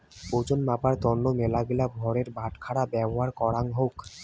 ওজন মাপার তন্ন মেলাগিলা ভারের বাটখারা ব্যবহার করাঙ হউক